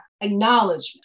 acknowledgement